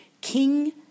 king